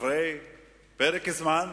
אחרי פרק זמן